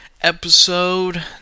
episode